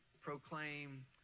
proclaim